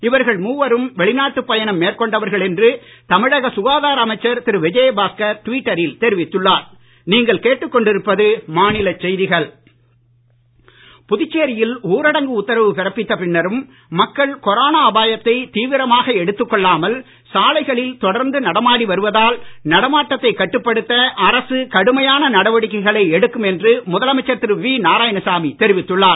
இவர்கள் மேற்கொண்டவர்கள் என்று தமிழக சுகாதார அமைச்சர் திரு விஜயபாஸ்கர் டுவிட்டரில் தெரிவித்துள்ளார் நாராயணசாமி தீவிரம் புதுச்சேரியில் ஊரடங்கு உத்தரவு பிறப்பித்த பின்னரும் மக்கள் கொரோனா அபாயத்தை தீவிரமாக எடுத்துக் கொள்ளாமல் சாலைகளில் தொடர்ந்து நடமாடி வருவதால் நடமாட்டத்தைக் கட்டுப்படுத்த அரசு கடுமையான நடவடிக்கைகளை எடுக்கும் என்று முதலமைச்சர் திரு வி நாராயணசாமி தெரிவித்துள்ளார்